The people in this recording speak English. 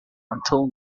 until